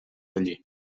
allí